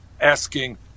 asking